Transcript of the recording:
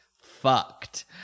fucked